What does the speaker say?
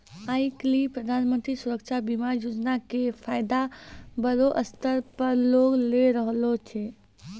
आइ काल्हि प्रधानमन्त्री सुरक्षा बीमा योजना के फायदा बड़ो स्तर पे लोग लै रहलो छै